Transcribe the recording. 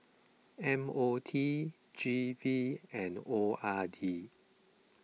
M O T G V and O R D